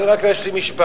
תן לי רק להשלים משפט.